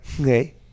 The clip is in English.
Okay